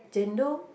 Chendol